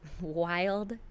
wild